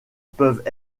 peuvent